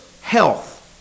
health